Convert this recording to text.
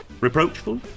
Reproachful